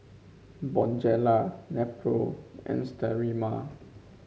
Bonjela Nepro and Sterimar